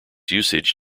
usage